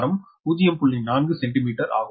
4 centimetre ஆகும்